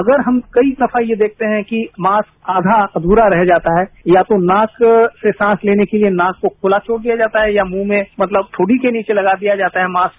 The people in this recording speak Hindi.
अगर हम कई दफा ये देखते है कि मास्क आधा अध्रा रह जाता है या तो मास्क से सांस लेने के लिए नाक को खुला छोड़ दिया जाता है या मुंह में मतलब ठोडी के नीचे लगा दिया जाता है मास्क